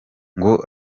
ngo